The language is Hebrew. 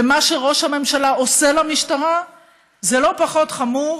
מה שראש הממשלה עושה למשטרה זה לא פחות חמור